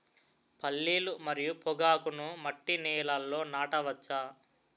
పల్లీలు మరియు పొగాకును మట్టి నేలల్లో నాట వచ్చా?